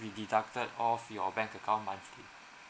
be deducted off your bank account monthly